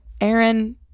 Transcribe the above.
aaron